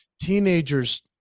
teenagers